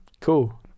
Cool